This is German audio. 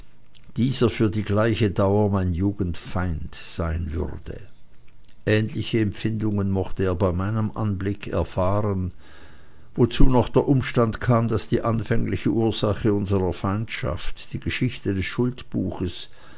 dieser für die gleiche dauer mein jugendfeind sein würde ähnliche empfindungen mochte er bei meinem anblick erfahren wozu noch der umstand kam daß die anfängliche ursache unserer feindschaft die geschichte des